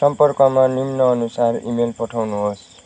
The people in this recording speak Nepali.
सम्पर्कमा निम्नानुसार इमेल पठाउनुहोस्